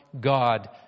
God